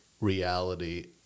reality